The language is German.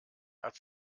hat